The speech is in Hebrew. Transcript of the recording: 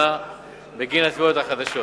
בשנה בגין התביעות החדשות.